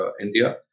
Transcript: India